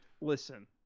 listen